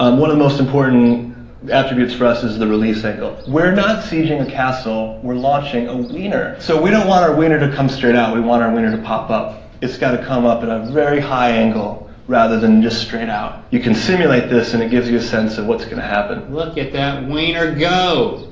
um one of the most important attributes for us is the release angle. we're not sieging a castle, we're launching a wiener. so we don't want our wiener to come straight out, we want our wiener to pop up. it's got to come up at a very high angle rather than just straight out. you can simulate this and it gives you a sense of what's gonna happen. look at that wiener go.